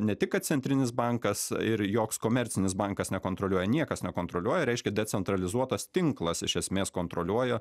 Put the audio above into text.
ne tik kad centrinis bankas ir joks komercinis bankas nekontroliuoja niekas nekontroliuoja reiškia decentralizuotas tinklas iš esmės kontroliuoja